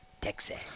Texas